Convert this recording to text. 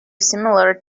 similar